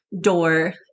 door